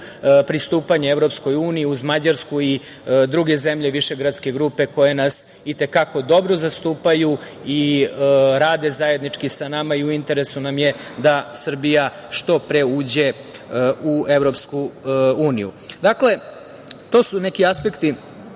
pristupanje EU uz Mađarsku i druge zemlje višegradske grupe, koje nas i te kako dobro zastupaju i rade zajednički sa nama i u interesu nam je da Srbija što pre uđe u EU.Dakle, to su neki aspekti